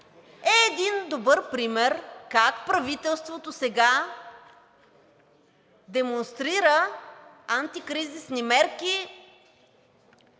е един добър пример как правителството сега демонстрира антикризисни мерки,